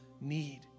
need